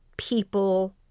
people